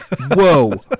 whoa